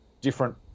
different